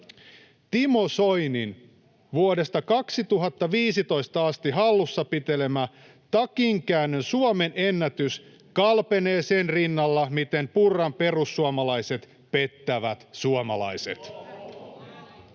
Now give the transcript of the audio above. Timo Soinin vuodesta 2015 asti hallussaan pitelemä takinkäännön suomenennätys kalpenee sen rinnalla, miten Purran perussuomalaiset pettävät suomalaiset.